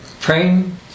praying